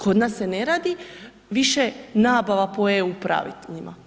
Kod nas se ne radi više nabava po EU pravilima.